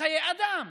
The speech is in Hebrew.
חיי אדם.